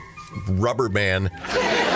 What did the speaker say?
Rubberman